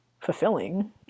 fulfilling